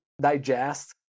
digest